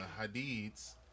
Hadid's